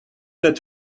that